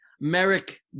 Merrick